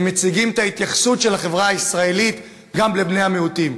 והם מציגים את ההתייחסות של החברה הישראלית גם לבני המיעוטים.